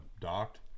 docked